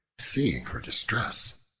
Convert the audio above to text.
seeing her distress,